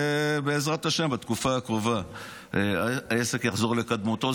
בעזרת השם, בתקופה הקרובה העסק יחזור לקדמותו.